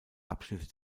abschnitte